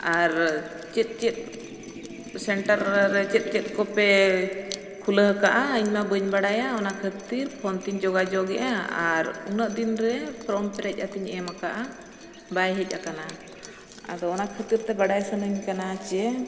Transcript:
ᱟᱨ ᱪᱮᱫ ᱪᱮᱫ ᱥᱮᱱᱴᱟᱨ ᱨᱮ ᱪᱮᱫ ᱪᱮᱫ ᱠᱚᱯᱮ ᱠᱷᱩᱞᱟᱹᱣ ᱟᱠᱟᱫᱼᱟ ᱤᱧ ᱢᱟ ᱵᱟᱹᱧ ᱵᱟᱲᱟᱭᱟ ᱚᱱᱟ ᱠᱷᱟᱹᱛᱤᱨ ᱯᱷᱳᱱ ᱛᱤᱧ ᱡᱳᱜᱟᱡᱳᱜᱽ ᱮᱫᱟ ᱟᱨ ᱩᱱᱟᱹᱜ ᱫᱤᱱᱨᱮ ᱯᱷᱨᱚᱢ ᱯᱮᱨᱮᱡ ᱠᱟᱛᱤᱧ ᱮᱢ ᱟᱠᱟᱫᱼᱟ ᱵᱟᱭ ᱦᱮᱡ ᱟᱠᱟᱱᱟ ᱟᱫᱚ ᱚᱱᱟ ᱠᱷᱟᱹᱛᱤᱨ ᱛᱮ ᱵᱟᱰᱟᱭ ᱥᱟᱱᱟᱧ ᱠᱟᱱᱟ ᱡᱮ